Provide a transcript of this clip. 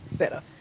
better